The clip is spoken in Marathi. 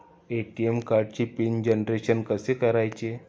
ए.टी.एम कार्डचे पिन जनरेशन कसे करायचे?